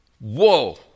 whoa